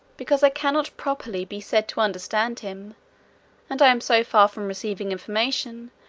because i cannot properly be said to understand him and i am so far from receiving information,